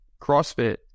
CrossFit